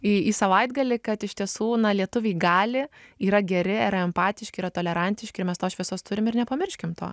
į į savaitgalį kad iš tiesų na lietuviai gali yra geri yra empatiški yra tolerantiški ir mes tosšviesos turim ir nepamirškim to